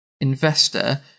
investor